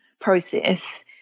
process